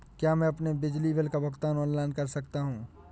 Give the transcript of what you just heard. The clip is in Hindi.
क्या मैं अपने बिजली बिल का भुगतान ऑनलाइन कर सकता हूँ?